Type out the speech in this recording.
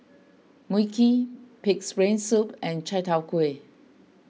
Mui Kee Pig's Brain Soup and Chai Tow Kway